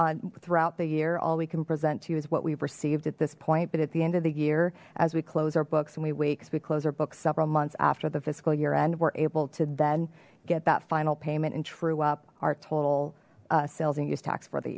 on throughout the year all we can present to you is what we've received at this point but at the end of the year as we close our books and we weeks we close our books several months after the fiscal year end we're able to then get that final payment and true up our total sales and use tax for the